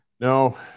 No